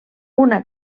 una